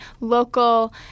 local